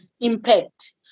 impact